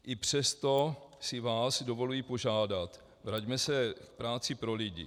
I přesto si vás dovoluji požádat, vraťme se k práci pro lidi.